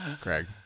Craig